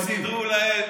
הם סידרו להם,